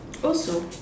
also